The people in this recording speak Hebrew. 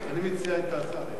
אני מציע את ההצעה,